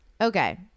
Okay